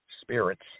spirits